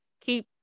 keep